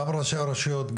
גם ראשי הרשויות,